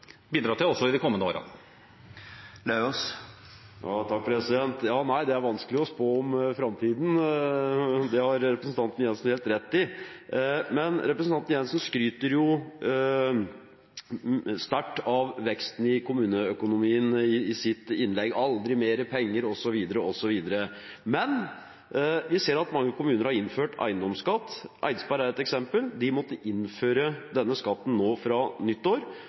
bidra til også i de kommende årene. Ja, det er vanskelig å spå om framtiden, det har representanten Jenssen helt rett i. Representanten Jenssen skryter jo i sitt innlegg sterkt av veksten i kommuneøkonomien – det har aldri vært mer penger, osv., osv. – men vi ser at mange kommuner har innført eiendomsskatt. Eidsberg er ett eksempel. De måtte innføre denne skatten nå fra nyttår,